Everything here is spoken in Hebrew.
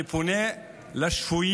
אני פונה לשפויים